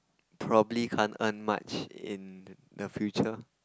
probably can't earn much in the future